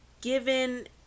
given